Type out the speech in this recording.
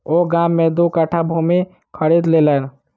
ओ गाम में दू कट्ठा भूमि खरीद लेलैन